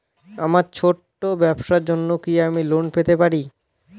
আমার ছোট্ট ব্যাবসার জন্য কি আমি লোন পেতে পারি?